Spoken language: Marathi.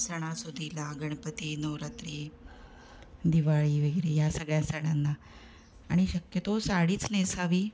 सणासुदीला गणपती नवरात्री दिवाळी वगैरे या सगळ्या सणांना आणि शक्यतो साडीच नेसावी